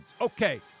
Okay